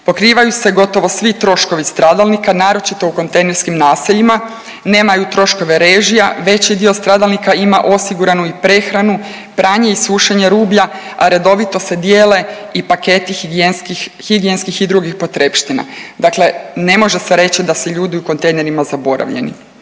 Pokrivaju se gotovo svi troškovi stradalnika naročito u kontejnerskim naseljima, nemaju troškove režija, veći dio stradalnika ima osiguranu i prehranu, pranje i sušenje rublja, a redovito se dijele i paketi higijenskih i drugih potrepština. Dakle, ne može se reći da su ljudi u kontejnerima zaboravljeni.